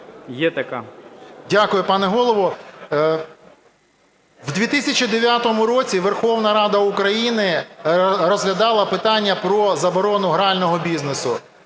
С.В. Дякую, пане Голово. В 2009 році Верховна Рада України розглядала питання про заборону грального бізнесу.